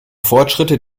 fortschritte